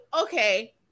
okay